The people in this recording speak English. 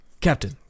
Captain